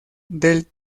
del